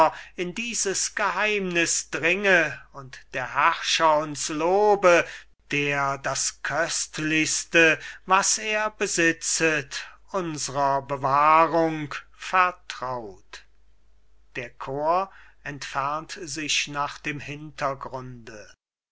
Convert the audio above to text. in dieses geheimniß dringe und der herrscher uns lobe der das köstlichste was er besitzet unsrer bewahrung vertraut der chor entfernt sich nach dem hintergrunde